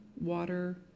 water